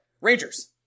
Rangers